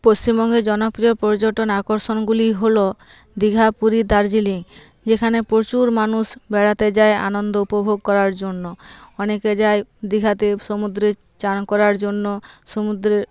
পশ্চিমবঙ্গের জনপ্রিয় পর্যটন আকর্ষণগুলি হল দিঘা পুরী দার্জিলিং যেখানে প্রচুর মানুষ বেড়াতে যায় আনন্দ উপভোগ করার জন্য অনেকে যায় দিঘাতে সমুদ্রে স্নান করার জন্য সমুদ্রের